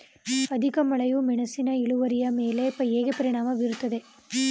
ಅಧಿಕ ಮಳೆಯು ಮೆಣಸಿನ ಇಳುವರಿಯ ಮೇಲೆ ಹೇಗೆ ಪರಿಣಾಮ ಬೀರುತ್ತದೆ?